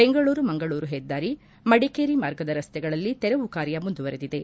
ಬೆಂಗಳೂರು ಮಂಗಳೂರು ಹೆದ್ದಾರಿ ಮಡಿಕೇರಿ ಮಾರ್ಗದ ರಸ್ತೆಗಳಲ್ಲಿ ತೆರವು ಕಾರ್ಯ ಮುಂದುವರೆದಿದೆ